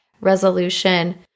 resolution